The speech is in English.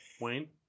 Wayne